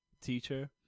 teacher